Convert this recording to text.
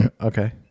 okay